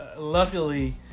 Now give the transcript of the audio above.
Luckily